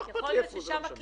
בתוך המעון.